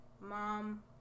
mom